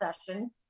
session